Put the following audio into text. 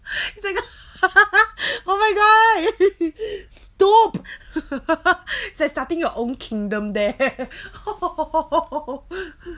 it's like oh my god stop it's like starting your own kingdom there